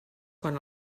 quan